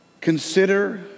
consider